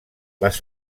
les